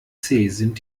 sind